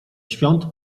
świąt